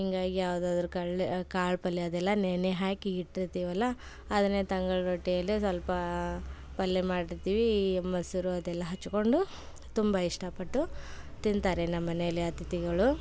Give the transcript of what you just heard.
ಹಿಂಗಾಗಿ ಯಾವುದಾದ್ರು ಕಳ್ಳೆ ಕಾಳು ಪಲ್ಯ ಅದೆಲ್ಲ ನೆನೆ ಹಾಕಿ ಇಟ್ಟಿರ್ತೀವಲ್ವ ಅದನ್ನೇ ತಂಗಳು ರೊಟ್ಟಿಯಲ್ಲಿ ಸ್ವಲ್ಪ ಪಲ್ಯ ಮಾಡಿರ್ತೀವಿ ಈ ಮೊಸರು ಅದೆಲ್ಲ ಹಚ್ಚಿಕೊಂಡು ತುಂಬ ಇಷ್ಟಪಟ್ಟು ತಿಂತಾರೆ ನಮ್ಮ ಮನೆಯಲ್ಲಿ ಅತಿಥಿಗಳು